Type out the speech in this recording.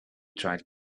tried